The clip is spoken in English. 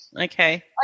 okay